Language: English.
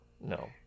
no